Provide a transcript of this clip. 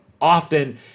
often